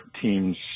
teams